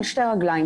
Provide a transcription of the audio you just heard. של שתי רגליים.